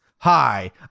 Hi